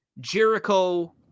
Jericho